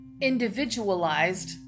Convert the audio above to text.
individualized